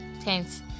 tense